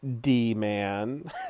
D-man